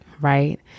right